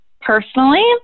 personally